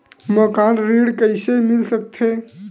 मकान ऋण कइसे मिल सकथे?